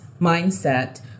mindset